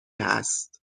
است